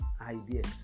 ideas